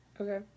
Okay